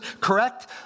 correct